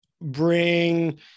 bring